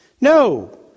No